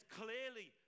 clearly